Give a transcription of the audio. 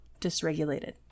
dysregulated